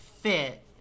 fit